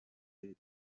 leta